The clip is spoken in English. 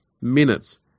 minutes